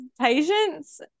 patients